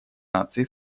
наций